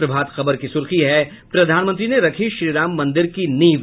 प्रभात खबर की सुर्खी है प्रधानमंत्री ने रखी श्रीराम मंदिर की नींव